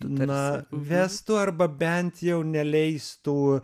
na vestų arba bent jau neleistų